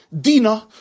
Dina